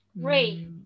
Ray